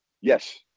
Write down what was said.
Yes